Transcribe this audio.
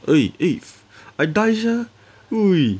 !oi! eh I die sia !oi!